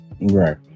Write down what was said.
Right